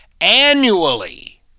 annually